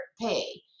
pay